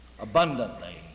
abundantly